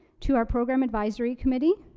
to our program advisory committee,